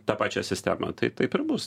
tą pačią sistemą tai taip ir bus